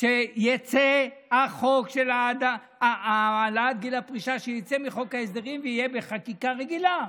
שיצא החוק של העלאת גיל הפרישה מחוק ההסדרים ויהיה בחקיקה רגילה.